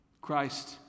Christ